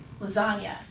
lasagna